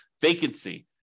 vacancy